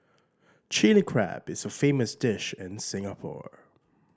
Chilli Crab is a famous dish in Singapore